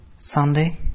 Sunday